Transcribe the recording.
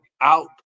out